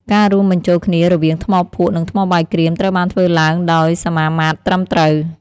ការរួមបញ្ចូលគ្នារវាងថ្មភក់ និងថ្មបាយក្រៀមត្រូវបានធ្វើឡើងដោយសមាមាត្រត្រឹមត្រូវ។